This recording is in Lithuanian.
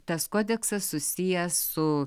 tas kodeksas susijęs su